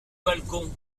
balcon